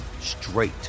straight